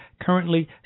currently